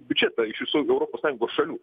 biudžetą iš visų europos sąjungos šalių